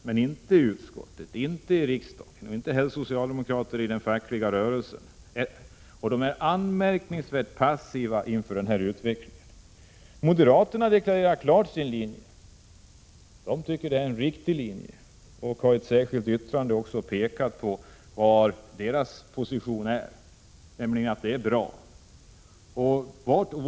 Men socialdemokraterna i utskottet och i riksdagen i övrigt och socialdemokraterna i den fackliga rörelsen gör det inte. Socialdemokraterna är anmärkningsvärt passiva inför denna utveckling. Moderaterna deklarerar klart sin inställning och tycker att det är en riktig linje. De har i ett särskilt yttrande också visat var de står. De tycker nämligen att det är bra som det är.